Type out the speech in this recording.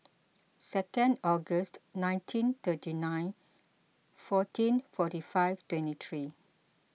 second August nineteen thirty nine fourteen forty five twenty three